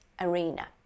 arena